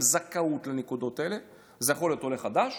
זכאות לנקודות האלה: זה יכול להיות עולה חדש